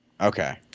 Okay